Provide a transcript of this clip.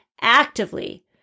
actively